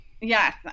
Yes